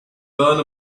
learn